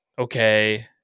okay